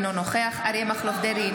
אינו נוכח אריה מכלוף דרעי,